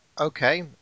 Okay